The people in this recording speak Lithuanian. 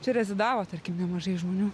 čia rezidavo tarkim nemažai žmonių